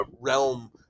realm